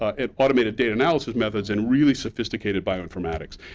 and automated data analysis methods and really sophisticated bioinformatics.